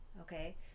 okay